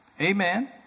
Amen